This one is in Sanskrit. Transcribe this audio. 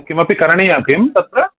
किमपि करणीयं किं तत्र